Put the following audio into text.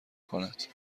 کند